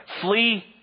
flee